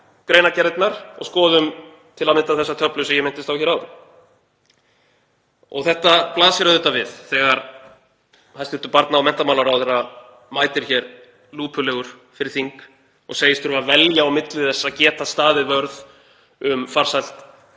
greinargerðina og skoðum til að mynda þessa töflu sem ég minntist á hér áðan. Og þetta blasir auðvitað við þegar hæstv. barna- og menntamálaráðherra mætir hér lúpulegur fyrir þing og segist þurfa að velja á milli þess að geta staðið vörð um farsæld